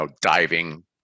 diving